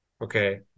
Okay